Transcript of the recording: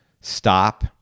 stop